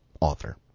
author